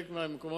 בחלק מהמקומות,